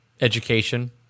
Education